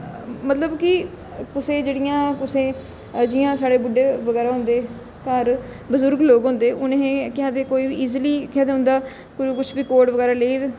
मतलब कि कुसै गी जेह्ड़ियां कुसै गी जियां साढ़े बुड्डे बगैरा होंदे घर बजुर्ग लोक होंदे उ'नेंगी केह् आखदे कोई बी इजली केह् आखदे उं'दा कोई कुछ बी कोड बगैरा लेई